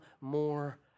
more